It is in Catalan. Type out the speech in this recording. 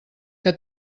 que